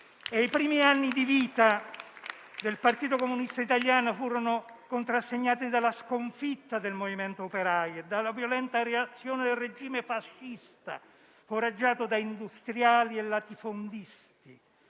I primi anni di vita del Partito Comunista Italiano furono contrassegnati dalla sconfitta del movimento operaio e dalla violenta reazione del regime fascista, foraggiato da industriali e latifondisti.